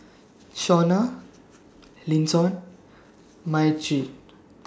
Shauna Linton Myrtie